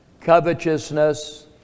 covetousness